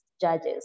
judges